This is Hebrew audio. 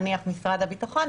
נניח משרד הביטחון.